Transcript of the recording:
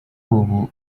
ubu